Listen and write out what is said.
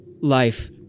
life